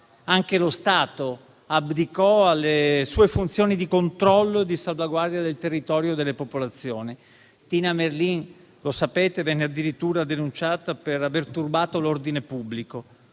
Anche lo Stato abdicò alle sue funzioni di controllo e salvaguardia del territorio e delle popolazioni. Tina Merlin - come sapete - venne addirittura denunciata per aver turbato l'ordine pubblico.